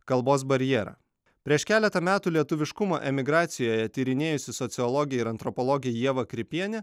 kalbos barjerą prieš keletą metų lietuviškumą emigracijoje tyrinėjusi sociologė ir antropologė ieva kripienė